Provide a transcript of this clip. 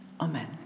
amen